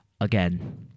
again